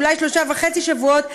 אולי שלושה וחצי שבועות,